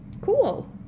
Cool